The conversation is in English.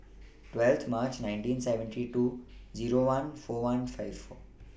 twelfth March nineteen seventy two Zero one four one five four